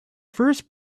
first